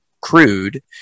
crude